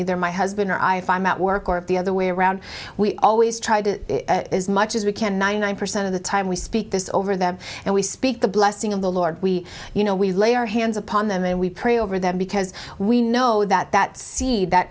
either my husband or i find that work or the other way around we always try to is much as we can one thousand percent of the time we speak this over them and we speak the blessing of the lord we you know we lay our hands upon them and we pray over them because we know that that seed that